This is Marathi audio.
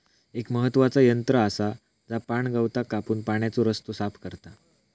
एक महत्त्वाचा यंत्र आसा जा पाणगवताक कापून पाण्याचो रस्तो साफ करता